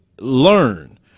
learn